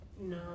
No